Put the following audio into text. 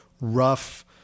rough